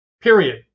period